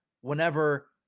whenever